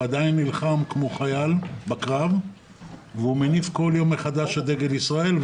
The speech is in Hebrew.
הוא עדיין נלחם כמו חייל בקרב והוא מניף בכל יום מחדש את דגל ישראל.